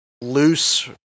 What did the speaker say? loose